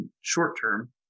short-term